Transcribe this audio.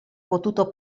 potuto